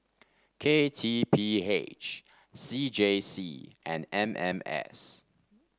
K T P H C J C and M M S